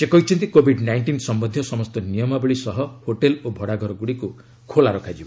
ସେ କହିଛନ୍ତି covid nineteen ସମ୍ବନ୍ଧୀୟ ସମସ୍ତ ନିୟମାବଳୀ ସହ ହୋଟେଲ ଓ ଭଡ଼ାଘରଗୁଡ଼ିକୁ ଖୋଲା ରଖାଯିବ